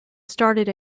started